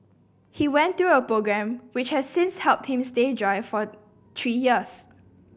he went through a programme which has since helped him stay dry for three years